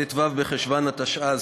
ט"ו בחשוון התשע"ז,